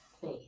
faith